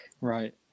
right